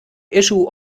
issue